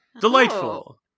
Delightful